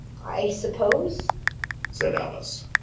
i suppose said alice.